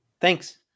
Thanks